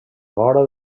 vora